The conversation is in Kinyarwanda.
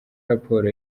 raporo